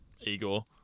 Igor